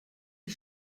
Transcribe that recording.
die